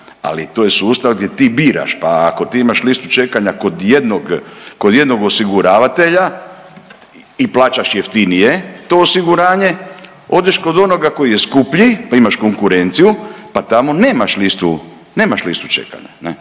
ali to je sustav gdje ti biraš, pa ako ti imaš listu čekanja kod jednog, kod jednog osiguravatelja i plaćaš jeftinije to osiguranje, odeš kod onoga koji je skuplji, pa imaš konkurenciju, pa tamo nemaš listu, nemaš